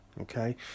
okay